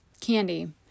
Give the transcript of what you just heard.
candy